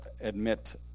admit